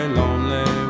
lonely